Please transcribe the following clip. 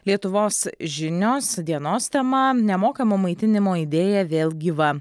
lietuvos žinios dienos tema nemokamo maitinimo idėja vėl gyva